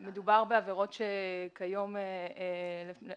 מדובר בעבירות